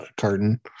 carton